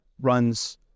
runs